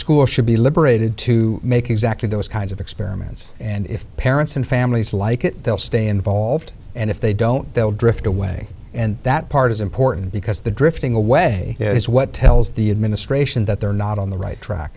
schools should be liberated to make exactly those kinds of experiments and if parents and families like it they'll stay involved and if they don't they'll drift away and that part is important because the drifting away is what tells the administration that they're not on the right track